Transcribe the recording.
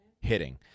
hitting